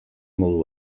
modu